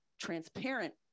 transparent